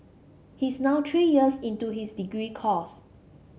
he is now three years into his degree course